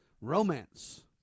romance